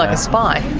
like a spy?